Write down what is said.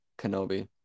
Kenobi